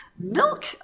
Milk